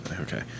okay